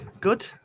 Good